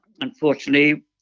unfortunately